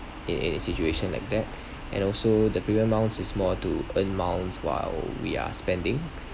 in a situation like that and also the premium amounts is more to earn miles while we are spending